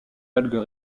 algues